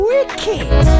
Wicked